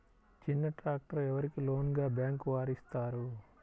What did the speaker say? చిన్న ట్రాక్టర్ ఎవరికి లోన్గా బ్యాంక్ వారు ఇస్తారు?